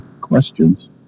questions